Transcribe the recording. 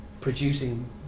producing